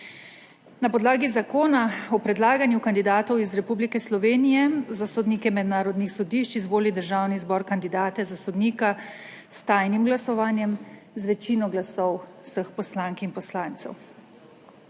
Na podlagi Zakona o predlaganju kandidatov iz Republike Slovenije za sodnike mednarodnih sodišč izvoli Državni zbor kandidate za sodnika s tajnim glasovanjem z večino glasov vseh poslank in poslancev.